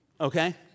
okay